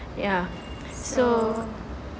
ya so